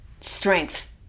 Strength